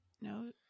No